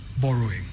borrowing